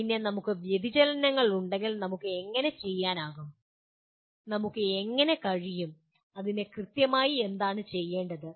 പിന്നെ വ്യതിചലനങ്ങളുണ്ടെങ്കിൽ നമുക്ക് എങ്ങനെ ചെയ്യാനാകും നമുക്ക് എങ്ങനെ കഴിയും അതിന് കൃത്യമായി എന്താണ് ചെയ്യേണ്ടത്